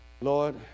Lord